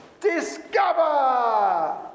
discover